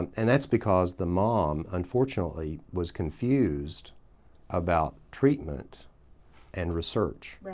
and that's because the mom unfortunately was confused about treatment and research.